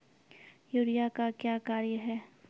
Urea का क्या कार्य हैं?